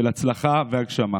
של הצלחה והגשמה.